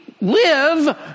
live